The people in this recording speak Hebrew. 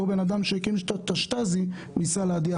אותו בן אדם שהקים את השטאזי ניסה להדיח